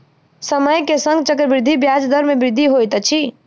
समय के संग चक्रवृद्धि ब्याज दर मे वृद्धि होइत अछि